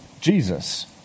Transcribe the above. Jesus